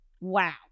wow